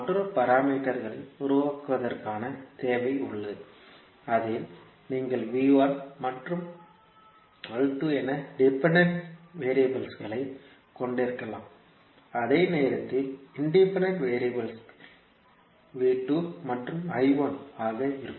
மற்றொரு பாராமீட்டர்களை உருவாக்குவதற்கான தேவை உள்ளது அதில் நீங்கள் மற்றும் என டிபெண்டன்ட் வெறியபிள்களைக் கொண்டிருக்கலாம் அதே நேரத்தில் இன்டிபெண்டன்ட் வெறியபிள்கள் மற்றும் ஆக இருக்கும்